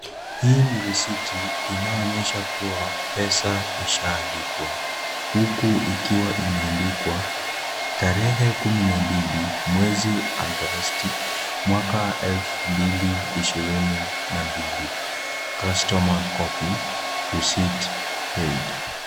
Hii ni risiti inayo onyesha kuwa pesa isha lipwa huku ikiwa imeandikwa tarehe kumi na mbili mwezi agosti mwaka elfu mbili ishirini na mbili customer copy receipt paid .